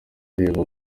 areba